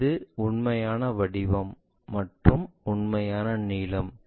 இது உண்மையான வடிவம் மற்றும் உண்மையான நீளம்